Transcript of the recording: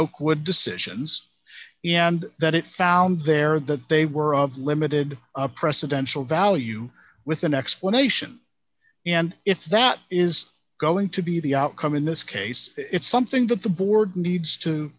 oakwood decisions and that it found there that they were of limited precedential value with an explanation and if that is going to be the outcome in this case it's something that the board needs to